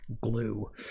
glue